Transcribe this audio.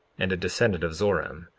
and a descendant of zoram,